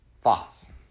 thoughts